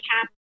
cap